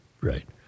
Right